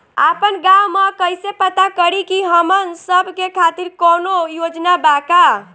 आपन गाँव म कइसे पता करि की हमन सब के खातिर कौनो योजना बा का?